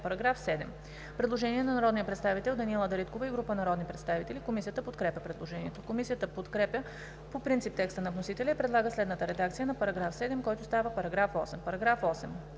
По § 7 има предложение на народния представител Даниела Дариткова и група народни представители. Комисията подкрепя предложението. Комисията подкрепя по принцип текста на вносителя и предлага следната редакция на § 7, който става § 8: „§ 8.